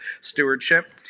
stewardship